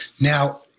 Now